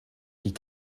die